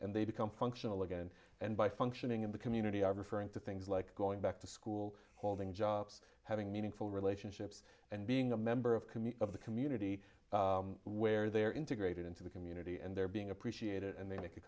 and they become functional again and by functioning in the community are referring to things like going back to school holding jobs having meaningful relationships and being a member of commune of the community where they're integrated into the community and they're being appreciated and they make a